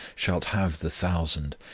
shalt have the thousand,